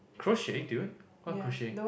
crochet dude what crochet